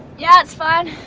yeah, it's fine